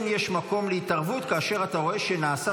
כן יש מקום להתערבות כאשר אתה רואה שנעשה